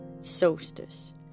solstice